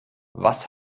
was